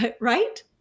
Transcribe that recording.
right